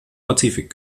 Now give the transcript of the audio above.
pazifik